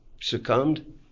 succumbed